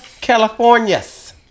Californias